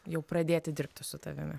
jau pradėti dirbti su tavimi